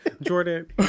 Jordan